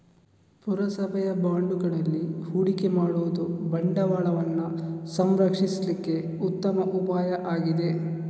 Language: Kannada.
ಪುರಸಭೆಯ ಬಾಂಡುಗಳಲ್ಲಿ ಹೂಡಿಕೆ ಮಾಡುದು ಬಂಡವಾಳವನ್ನ ಸಂರಕ್ಷಿಸ್ಲಿಕ್ಕೆ ಉತ್ತಮ ಉಪಾಯ ಆಗಿದೆ